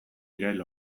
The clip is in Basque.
irail